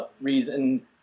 reason